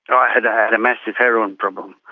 i had i had a massive heroin problem.